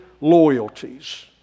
Loyalties